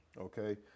Okay